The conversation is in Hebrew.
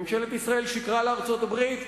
ממשלת ישראל שיקרה לארצות-הברית,